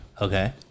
Okay